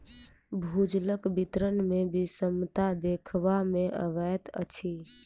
भूजलक वितरण मे विषमता देखबा मे अबैत अछि